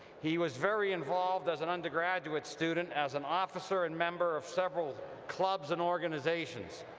he was very involved as an undergraduate student as an officer and member of several clubs and organizations.